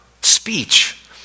speech